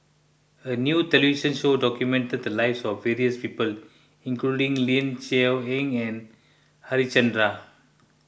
a new television show documented the lives of various people including Ling Cher Eng and Harichandra